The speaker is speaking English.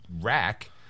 rack